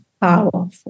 powerful